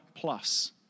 plus